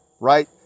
Right